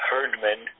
Herdman